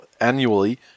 annually